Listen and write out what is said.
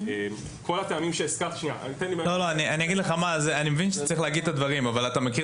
אני מבין שאתה צריך להגיד את הדברים אבל אתה מכיר